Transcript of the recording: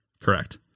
Correct